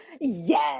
Yes